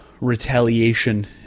retaliation